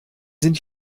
sind